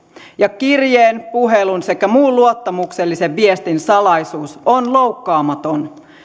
ja kirjeen puhelun sekä muun luottamuksellisen viestin salaisuus on loukkaamaton